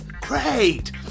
Great